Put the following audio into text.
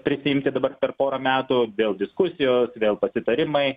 prisiimti dabar per porą metų vėl diskusijos vėl pasitarimai